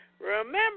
Remember